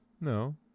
No